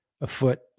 afoot